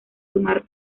tomar